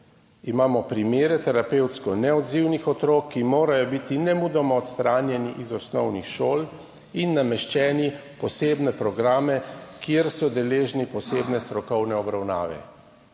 Imamo primere terapevtsko neodzivnih otrok, ki morajo biti nemudoma odstranjeni iz osnovnih šol in nameščeni v posebne programe, kjer so deležni posebne strokovne obravnave.«